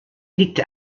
liegt